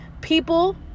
people